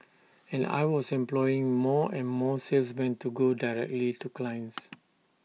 and I was employing more and more salesmen to go directly to clients